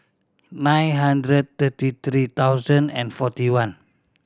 nine hundred thirty three thousand and forty one